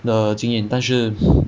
的经验但是